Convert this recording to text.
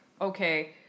okay